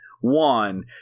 one